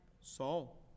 Saul